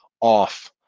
off